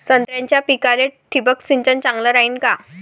संत्र्याच्या पिकाले थिंबक सिंचन चांगलं रायीन का?